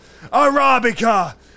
Arabica